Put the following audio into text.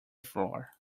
floor